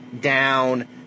down